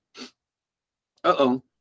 Uh-oh